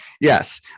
Yes